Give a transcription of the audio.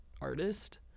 artist